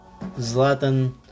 Zlatan